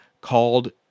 called